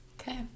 Okay